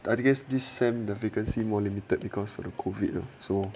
I guess this sem the vacancy more limited because of the covid though so